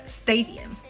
stadium